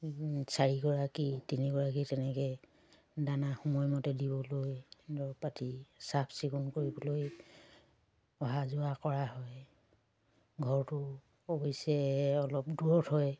চাৰিগৰাকী তিনিগৰাকী তেনেকৈ দানা সময়মতে দিবলৈ দৰৱ পাতি চাফচিকুণ কৰিবলৈ অহা যোৱা কৰা হয় ঘৰটো অৱশ্যে অলপ দূৰত হয়